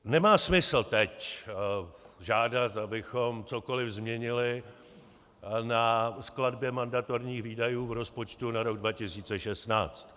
Nemá smysl teď žádat, abychom cokoliv změnili na skladbě mandatorních výdajů v rozpočtu na rok 2016.